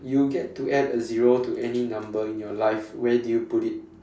you get to add a zero to any number in your life where do you put it